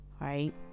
right